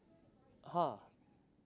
ha